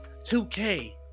2K